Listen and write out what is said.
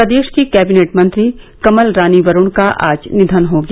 प्रदेश की कैबिनेट मंत्री कमल रानी वरूण का आज निधन हो गया